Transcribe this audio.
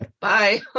bye